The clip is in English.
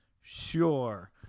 Sure